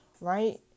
right